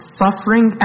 suffering